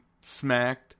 smacked